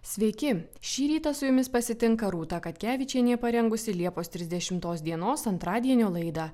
sveiki šį rytą su jumis pasitinka rūta katkevičienė parengusi liepos trisdešimtos dienos antradienio laidą